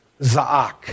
Zaak